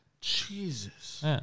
Jesus